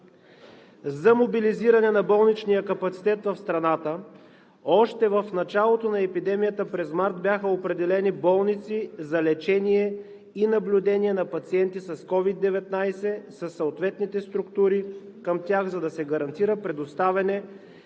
За мобилизиране на болничния капацитет в страната още в началото на епидемията през март бяха определени болници за лечение и наблюдение на пациенти с COVID-19 със съответните структури към тях, за да се гарантира предоставяне